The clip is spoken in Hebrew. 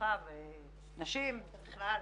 רווחה ונשים בכלל.